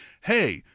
hey